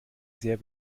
sehr